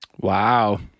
wow